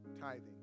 tithing